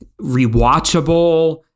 rewatchable